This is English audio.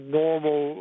normal